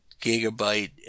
gigabyte